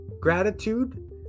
gratitude